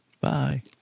Bye